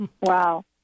Wow